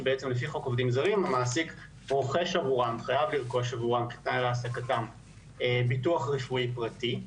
שבעצם לפי חוק עובדים זרים המעסיק חייב לרכוש עבורם ביטוח רפואי פרטי.